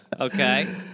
Okay